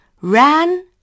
ran